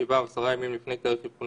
השב"כ הולך 10 ימים אחורה.